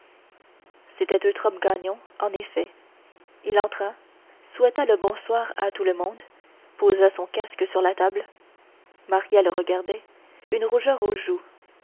c'était eutrope gagnon en effet il entra souhaita le bonsoir à tout le monde posa son casque sur la table maria le regardait une rougeur aux joues